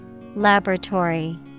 Laboratory